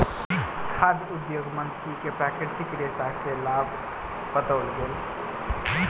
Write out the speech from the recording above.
खाद्य उद्योग मंत्री के प्राकृतिक रेशा के लाभ बतौल गेल